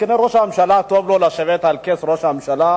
כנראה שלראש הממשלה טוב לשבת על כס ראש הממשלה,